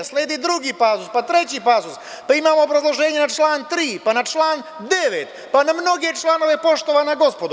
Sledi drugi pasus, pa treći pasus, pa imamo obrazloženje na član 3, pa na član 9, pa na mnoge članove, poštovana gospodo.